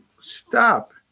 stop